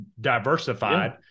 diversified